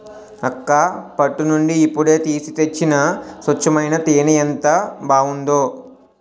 అక్కా పట్టు నుండి ఇప్పుడే తీసి తెచ్చిన స్వచ్చమైన తేనే ఎంత బావుందో